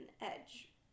edge